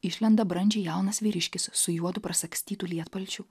išlenda brandžiai jaunas vyriškis su juodu prisagstytu lietpalčiu